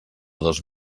dos